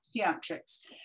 theatrics